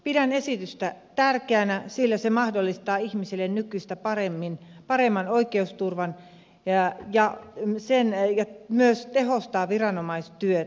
pidän esitystä tärkeänä sillä se mahdollistaa ihmisille nykyistä paremman oikeusturvan ja myös tehostaa viranomaistyötä